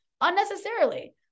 unnecessarily